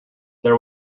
there